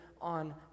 on